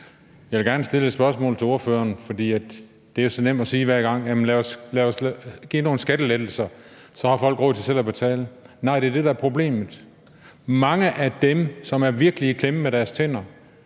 Jeg vil gerne stille et spørgsmål til ordføreren, for det er så nemt at sige hver gang: Lad os give nogle skattelettelser, for så har folk råd til selv at betale. Nej, det er det, der er problemet. Mange af dem, som er virkelig i klemme med deres tænder,